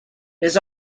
his